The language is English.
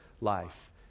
life